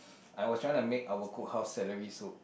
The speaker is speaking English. I was tryna make our cookhouse celery soup